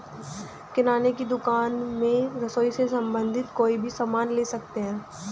किराने की दुकान में रसोई से संबंधित कोई भी सामान ले सकते हैं